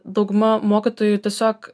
dauguma mokytojų tiesiog